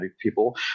people